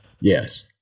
Yes